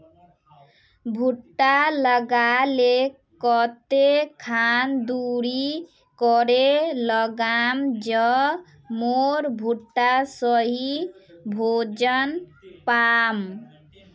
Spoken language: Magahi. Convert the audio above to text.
भुट्टा लगा ले कते खान दूरी करे लगाम ज मोर भुट्टा सही भोजन पाम?